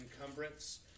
encumbrance